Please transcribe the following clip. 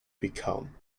become